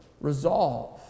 resolve